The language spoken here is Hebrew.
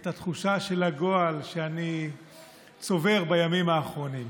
את התחושה של הגועל שאני צובר בימים האחרונים.